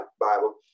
Bible